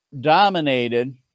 dominated